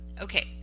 Okay